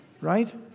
Right